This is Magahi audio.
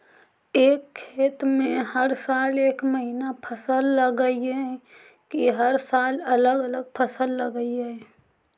एक खेत में हर साल एक महिना फसल लगगियै कि हर साल अलग अलग फसल लगियै?